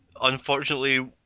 unfortunately